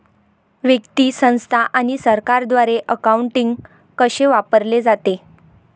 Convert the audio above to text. व्यक्ती, संस्था आणि सरकारद्वारे अकाउंटिंग कसे वापरले जाते